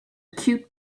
cute